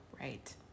Right